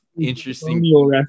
interesting